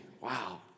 Wow